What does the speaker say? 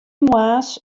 moarns